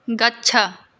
गच्छ